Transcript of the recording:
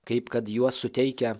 kaip kad juos suteikia